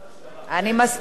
אני מסכימה.